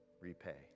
repay